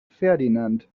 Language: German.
ferdinand